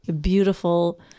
beautiful